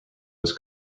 was